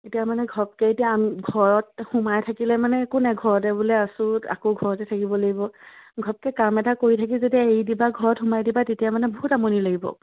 এতিয়া মানে ঘপকে এতিয়া ঘৰত সোমাই থাকিলে মানে একো নাই ঘৰতে বোলে আছোঁ আকৌ ঘৰতে থাকিব লাগিব ঘপকে কাম এটা কৰি থাকি যেতিয়া এৰি দিবা ঘৰত সোমাই দিবা তেতিয়া মানে বহুত আমনি লাগিব